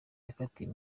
yakatiwe